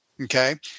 Okay